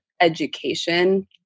education